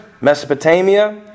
Mesopotamia